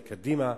קדימה,